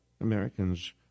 Americans